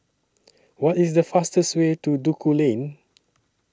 What IS The fastest Way to Duku Lane